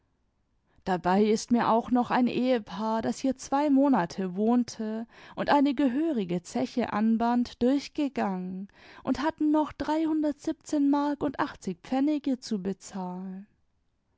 dabei ist mir auch noch ein ehepaar das hier zwei monate wohnte imd eine gehörige zeche anband durchgegangen und hatten noch dreihundertsiebzehn mark imd achtzig pfennige zu bezahlen